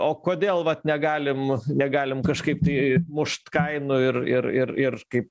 o kodėl vat negalim negalim kažkaip tai mušt kainų ir ir ir ir kaip